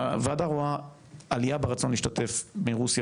הוועדה רואה עלייה ברצון להשתתף מרוסיה